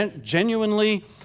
genuinely